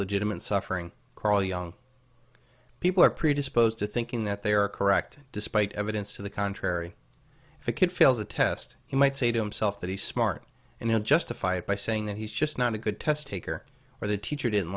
legitimate suffering crawl young people are predisposed to thinking that they are correct despite evidence to the contrary if a kid fails the test he might say to him self that he's smart and had justify it by saying that he's just not a good test taker or the teacher didn't